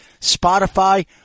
Spotify